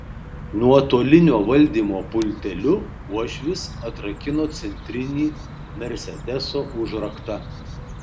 nuotolinio valdymo pulteliu uošvis atrakino centrinį mersedeso užraktą